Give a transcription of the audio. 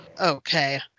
Okay